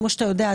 כפי שאתה יודע,